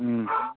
ꯎꯝ